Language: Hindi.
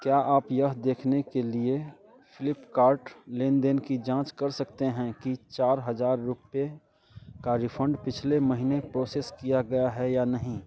क्या आप यह देखने के लिए फ़्लिपकार्ट लेन देन की जाँच कर सकते हैं कि चार हजार रुपेय का रिफ़ंड पिछले महीने प्रोसेस किया गया है या नहीं